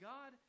God